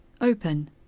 open